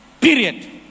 period